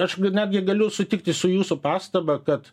aš netgi galiu sutikti su jūsų pastaba kad